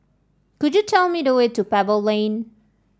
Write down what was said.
could you tell me the way to Pebble Lane